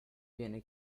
viene